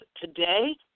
today